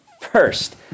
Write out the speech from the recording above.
first